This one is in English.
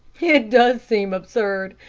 it does seem absurd.